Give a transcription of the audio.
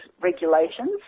regulations